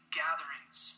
gatherings